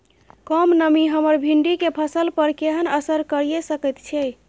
कम नमी हमर भिंडी के फसल पर केहन असर करिये सकेत छै?